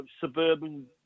suburban